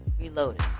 reloaded